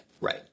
right